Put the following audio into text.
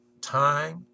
time